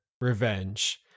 revenge